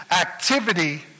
activity